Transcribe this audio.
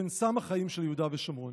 שהן סם החיים של יהודה ושומרון.